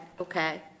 okay